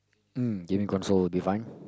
mm gaming control would be fine